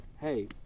hey